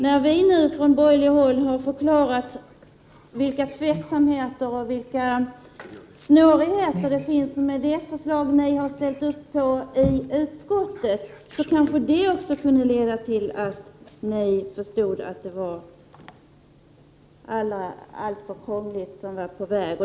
När vi nu från borgerligt håll har förklarat vilka tveksamheter och snårigheter det finns med det förslag vpk har ställt upp på i utskottet, kanske det kunde leda till att ni förstår att det som är på väg att införas är alltför krångligt.